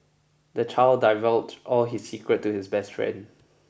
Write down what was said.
the child divulged all his secrets to his best friend